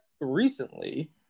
recently